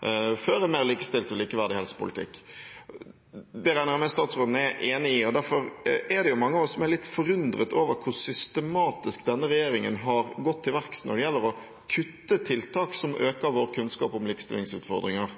en mer likestilt og likeverdig helsepolitikk. Det regner jeg med statsråden er enig i, og derfor er det mange av oss som er litt forundret over hvor systematisk denne regjeringen har gått til verks når det gjelder å kutte tiltak som øker vår kunnskap om likestillingsutfordringer.